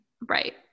Right